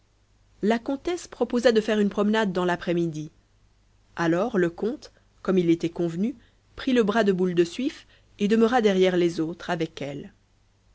la comtesse proposa de faire une promenade dans l'après-midi alors le comte comme il était convenu prit le bras de boule de suif et demeura derrière les autres avec elle